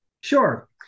Sure